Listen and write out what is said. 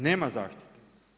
Nema zahtjeva.